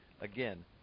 again